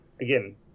again